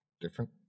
Different